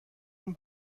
اون